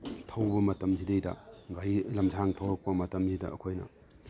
ꯊꯧꯕ ꯃꯇꯝꯁꯤꯗꯩꯗ ꯒꯥꯔꯤ ꯂꯝꯁꯥꯡ ꯊꯧꯔꯛꯄ ꯃꯇꯝꯁꯤꯗ ꯑꯩꯈꯣꯏꯅ